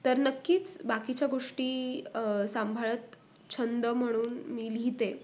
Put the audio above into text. तर नक्कीच बाकीच्या गोष्टी सांभाळत छंद म्हणून मी लिहिते